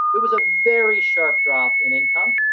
there was a very sharp drop in income.